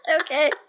Okay